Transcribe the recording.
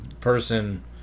person